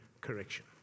correction